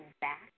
back